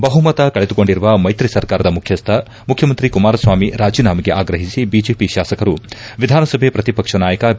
ಬಹುಮತ ಕಳೆದುಕೊಂಡಿರುವ ಮೈತ್ರಿ ಸರ್ಕಾರದ ಮುಖ್ಯಸ್ದ ಮುಖ್ಯಮಂತ್ರಿ ಕುಮಾರಸ್ವಾಮಿ ರಾಜೀನಾಮೆಗೆ ಆಗ್ರಹಿಸಿ ಬಿಜೆಪಿ ಶಾಸಕರು ವಿಧಾನಸಭೆ ಪ್ರತಿಪಕ್ಷ ನಾಯಕ ಬಿ